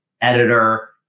editor